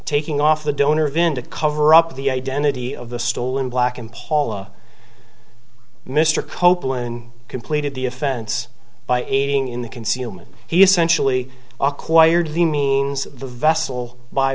taking off the donor even to cover up the identity of the stolen black in paula mr copeland completed the offense by aiding in the concealment he essentially acquired the means the vessel by